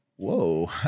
Whoa